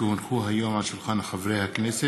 כי הונחו היום על שולחן הכנסת,